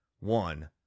One